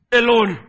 alone